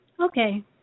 Okay